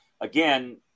again